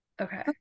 Okay